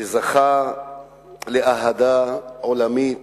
זכה לאהדה עולמית